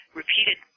repeated